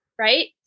right